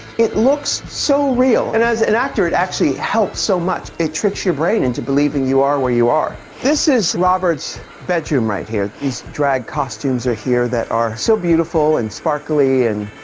it looks so real. and as an actor it actually helps so much. it tricks your brain into believing you are where you are. this is robert's bedroom right here. these drag costumes are here that are so beautiful and sparkly and